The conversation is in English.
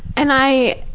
and i,